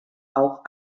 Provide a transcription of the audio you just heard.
auch